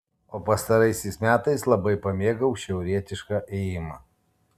o pastaraisiais metais labai pamėgau šiaurietišką ėjimą